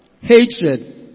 hatred